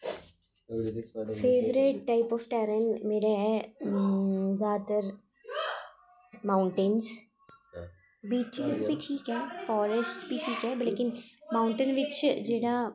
favourite type of terrain ऐ मेरा जादातर माउंमटेन बिचिस बी ठीक ऐ फारैस्ट ठीक ऐ लेकिन माउंटेन बिच्च जियां